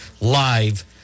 live